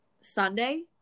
sunday